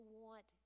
want